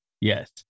Yes